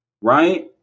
Right